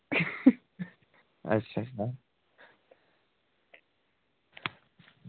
अच्छा